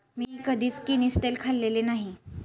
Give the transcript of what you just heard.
मी कधीच किनिस्टेल खाल्लेले नाही